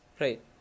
Right